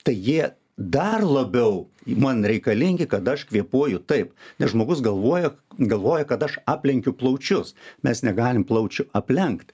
tai jie dar labiau man reikalingi kad aš kvėpuoju taip nes žmogus galvoja galvoja kad aš aplenkiu plaučius mes negalim plaučių aplenkt